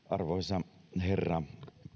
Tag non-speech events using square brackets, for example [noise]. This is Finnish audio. [unintelligible] arvoisa herra